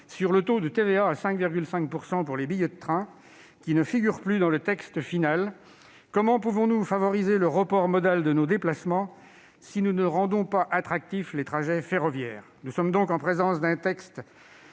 sur le taux de TVA à 5,5 % pour les billets de train, qui ne figure plus dans le texte final. Comment pouvons-nous favoriser le report modal de nos déplacements si nous ne rendons pas attractifs les trajets ferroviaires ? Nous sommes donc en présence d'un texte